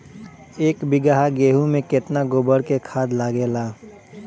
एक बीगहा गेहूं में केतना गोबर के खाद लागेला?